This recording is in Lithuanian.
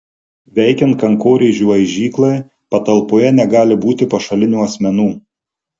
veikiant kankorėžių aižyklai patalpoje negali būti pašalinių asmenų